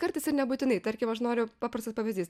kartais ir nebūtinai tarkim aš noriu paprastas pavyzdys